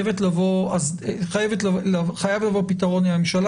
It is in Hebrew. חייב לבוא פתרון מהממשלה,